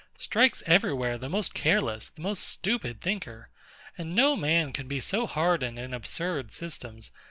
strikes every where the most careless, the most stupid thinker and no man can be so hardened in absurd systems,